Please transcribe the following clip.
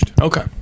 Okay